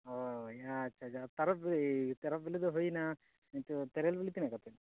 ᱦᱳᱭ ᱟᱪᱪᱷᱟ ᱛᱟᱨᱚᱵ ᱮᱭ ᱛᱟᱨᱚᱵ ᱵᱤᱞᱤ ᱫᱚ ᱦᱩᱭᱮᱱᱟ ᱱᱤᱛᱚᱜ ᱛᱮᱨᱮᱞ ᱵᱤᱞᱤ ᱛᱤᱱᱟᱹᱜ ᱠᱟᱛᱮᱫ